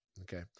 Okay